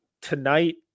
tonight